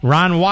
Ron